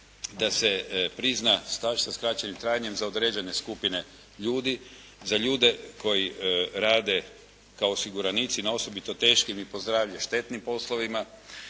da se prizna staž sa skraćenim trajanjem za određene skupine ljudi, za ljude koji rade kao osiguranici na osobito teškim i po zdravlje štetnim poslovima,